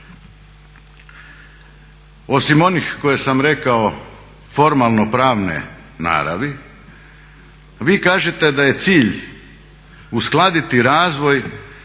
Osim onih koje sam rekao formalnopravne naravi, vi kažete da je cilj uskladiti razvoj